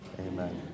amen